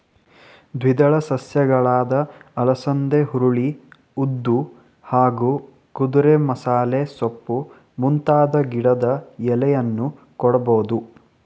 ದ್ವಿದಳ ಸಸ್ಯಗಳಾದ ಅಲಸಂದೆ ಹುರುಳಿ ಉದ್ದು ಹಾಗೂ ಕುದುರೆಮಸಾಲೆಸೊಪ್ಪು ಮುಂತಾದ ಗಿಡದ ಎಲೆಯನ್ನೂ ಕೊಡ್ಬೋದು